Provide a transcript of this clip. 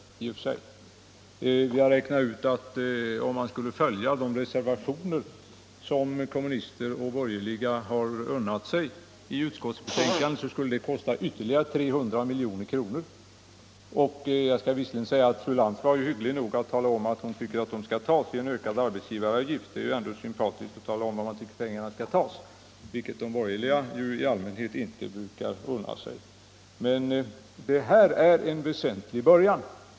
Vi har emellertid räknat ut att det skulle kosta ytterligare 300 milj.kr. om man skulle följa de reservationer som kommunister och borgerliga har unnat sig i utskottsbetänkandet. Jag skall erkänna att fru Lantz var hygglig nog att tala om att hon tycker att detta skall tas ut genom en ökad 89 arbetsgivaravgift — det är ju sympatiskt att tala om varifrån man tycker pengarna skall tas; det brukar de borgerliga i allmänhet inte kosta på sig. Det här är en väsentlig början.